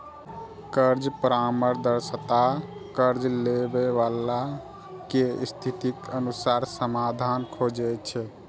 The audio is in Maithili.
कर्ज परामर्शदाता कर्ज लैबला के स्थितिक अनुसार समाधान खोजै छै